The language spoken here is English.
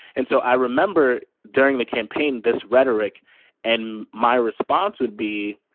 and so i remember during the campaign this rhetoric and my response would be.